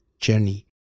journey